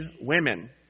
women